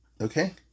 Okay